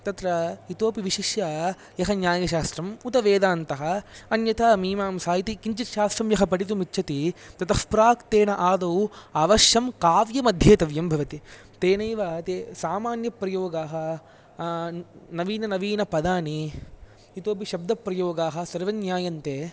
तत्र इतोऽपि विशिष्य यः न्यायशास्त्रं उत् वेदान्तः अन्यथा मीमांसा इति किञ्चित् शास्त्रं यः पठितुम् इच्छन्ति ततः प्राग् तेन आदौ अवश्यं काव्यमध्येतव्यं भवति तेनैव ते सामान्यप्रयोगः नवीन नवीन पदानि इतोपि शब्दप्रयोगाः सर्वञ्ज्ञायन्ते